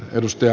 edustaja